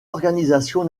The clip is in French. organisations